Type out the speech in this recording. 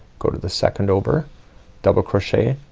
go to the second over double crochet,